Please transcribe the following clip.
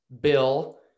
Bill